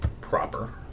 proper